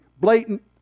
blatant